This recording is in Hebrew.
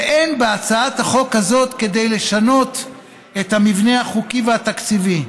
ואין בהצעת החוק הזאת כדי לשנות את המבנה החוקי והתקציבי.